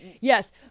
Yes